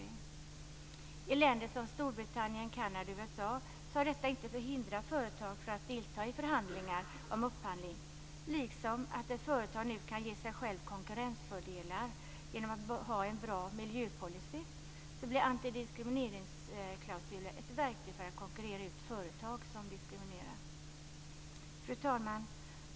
I länder som Storbritannien, Kanada och USA har detta inte förhindrat företag att delta i förhandlingar om upphandling. Eftersom ett företag nu kan ge sig självt konkurrensfördelar genom att ha en bra miljöpolicy, blir antidiskrimineringsklausuler ett verktyg för att konkurrera ut företag som diskriminerar. Fru talman!